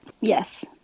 Yes